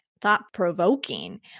thought-provoking